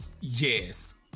Yes